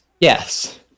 Yes